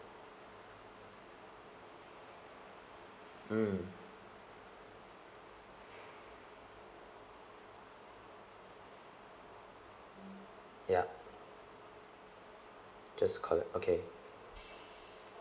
mm yup just collect okay